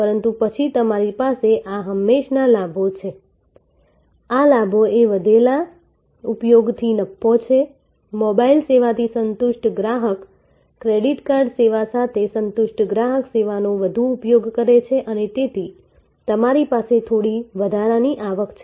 પરંતુ પછી તમારી પાસે આ હંમેશના લાભો છે આ લાભો એ વધેલા ઉપયોગથી નફો છે મોબાઇલ સેવાથી સંતુષ્ટ ગ્રાહક ક્રેડિટ કાર્ડ સેવા સાથે સંતુષ્ટ ગ્રાહક સેવાનો વધુ ઉપયોગ કરે છે અને તેથી તમારી પાસે થોડી વધારાની આવક છે